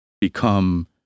become